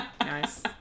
Nice